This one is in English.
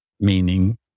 meaning